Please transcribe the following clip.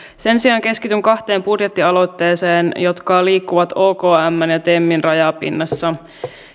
sen sijaan keskityn kahteen budjettialoitteeseen jotka liikkuvat okmn ja temin rajapinnassa